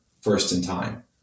first-in-time